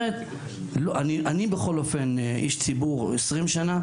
אני בכל אופן איש ציבור 20 שנה,